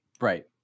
Right